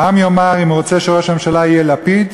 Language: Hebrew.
העם יאמר אם הוא רוצה שראש הממשלה יהיה לפיד,